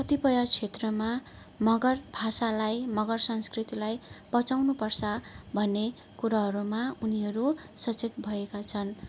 कतिपय क्षेत्रमा मगर भाषालाई मगर संस्कृतिलाई बचाउनु पर्छ भन्ने कुराहरूमा उनीहरू सचेत भएका छन्